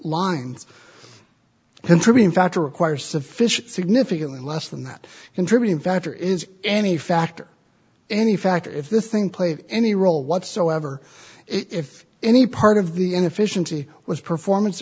lines contributing factor require sufficient significantly less than that contributing factor is any factor any factor if the thing played any role whatsoever if any part of the end efficiency was performance